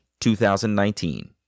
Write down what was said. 2019